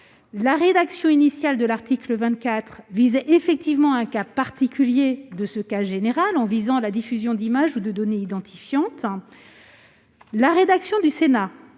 La rédaction initiale de l'article 24 visait effectivement un cas particulier de ce cas général, en ayant pour objet la diffusion d'images ou de données identifiantes. Toutefois, la rédaction du Sénat,